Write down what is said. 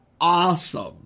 awesome